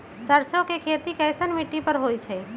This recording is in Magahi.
सरसों के खेती कैसन मिट्टी पर होई छाई?